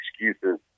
excuses